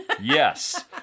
Yes